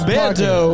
Bando